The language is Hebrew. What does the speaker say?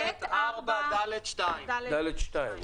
(2) ב-8(ב)(4)(ד)(2).